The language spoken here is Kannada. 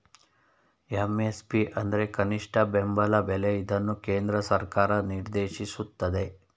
ಎಂ.ಎಸ್.ಪಿ ಅಂದ್ರೆ ಕನಿಷ್ಠ ಬೆಂಬಲ ಬೆಲೆ ಇದನ್ನು ಕೇಂದ್ರ ಸರ್ಕಾರ ನಿರ್ದೇಶಿಸುತ್ತದೆ